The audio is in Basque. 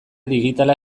digitala